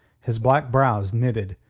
his black brows knitted,